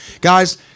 Guys